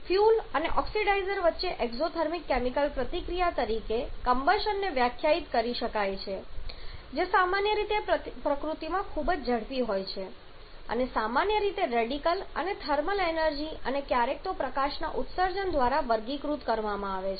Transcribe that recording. fuel અને oxidiser વચ્ચેની exothermic chemical પ્રતિક્રિયા તરીકે કમ્બશનને વ્યાખ્યાયિત કરી શકાય છે જે સામાન્ય રીતે પ્રકૃતિમાં ખૂબ જ ઝડપી હોય છે અને સામાન્ય રીતે રેડિકલ અને થર્મલ એનર્જી અને ક્યારેક તો પ્રકાશના ઉત્સર્જન દ્વારા વર્ગીકૃત કરવામાં આવે છે